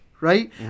right